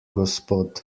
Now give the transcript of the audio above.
gospod